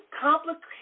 complicated